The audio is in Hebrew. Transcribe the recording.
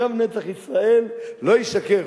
"וגם נצח ישראל לא ישקר".